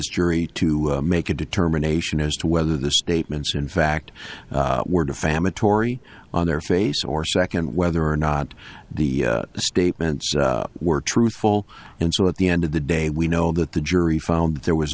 to make a determination as to whether the statements in fact were defamatory on their face or second whether or not the statements were truthful and so at the end of the day we know that the jury found that there was